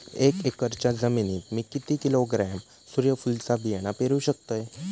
एक एकरच्या जमिनीत मी किती किलोग्रॅम सूर्यफुलचा बियाणा पेरु शकतय?